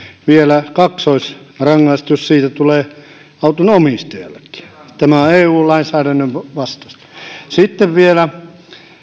vielä kaksoisrangaistus siitä tulee auton omistajallekin tämä on eu lainsäädännön vastaista sitten vielä